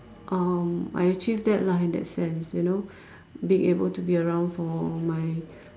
um I achieved that lah in that sense you know being able to be around for my